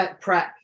Prep